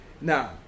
Now